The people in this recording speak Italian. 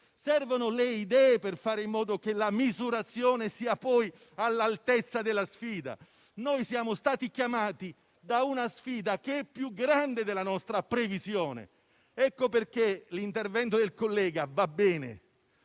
Servono le idee per fare in modo che la misurazione sia all'altezza della sfida. Siamo stati chiamati a una sfida più grande della nostra previsione, per questo l'intervento del collega va bene,